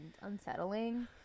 unsettling